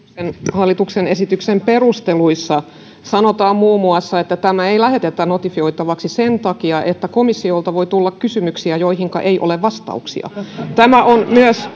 hallituksen esityksen perusteluissa sanotaan muun muassa että tätä ei lähetetä notifioitavaksi sen takia että komissiolta voi tulla kysymyksiä joihinka ei ole vastauksia tämä on